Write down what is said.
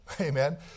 Amen